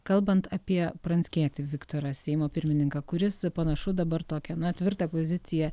kalbant apie pranckietį viktorą seimo pirmininką kuris panašu dabar tokią tvirtą poziciją